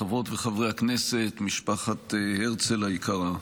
חברות וחברי הכנסת, משפחת הרצל היקרה,